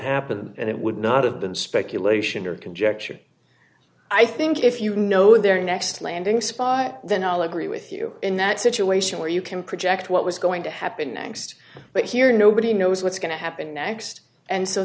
happened and it would not have been speculation or conjecture i think if you know their next landing spot then i'll agree with you in that situation where you can project what was going to happen next but here nobody knows what's going to happen next and so